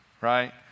right